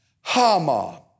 Hama